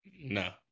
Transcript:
No